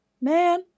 man